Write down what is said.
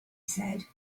said